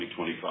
2025